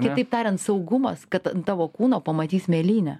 kitaip tariant saugumas kad ant tavo kūno pamatys mėlynę